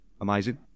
amazing